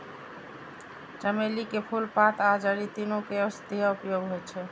चमेली के फूल, पात आ जड़ि, तीनू के औषधीय उपयोग होइ छै